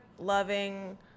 Loving